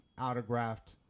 autographed